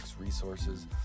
resources